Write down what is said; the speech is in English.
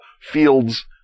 Fields